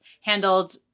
handled